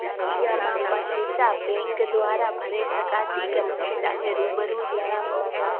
त इहा मां पैसां बेंक द्वारा भरे सघां थी की मूंखे तव्हांखे रूबरू ॾियणा पवंदा